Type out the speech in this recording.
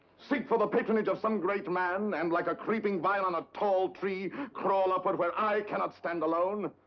seek for the patronage of some great man and like a creeping vine on a tall tree, crawl upward where i cannot stand alone?